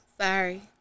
sorry